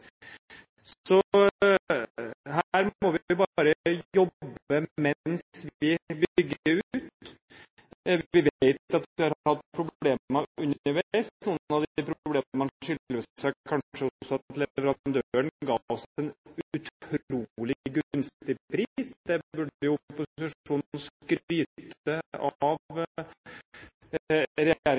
Så her må vi bare jobbe mens vi bygger ut. Vi vet at vi har hatt problemer underveis. Noen av de problemene skyldes vel kanskje også at leverandøren ga oss en utrolig gunstig pris. Det burde opposisjonen skryte av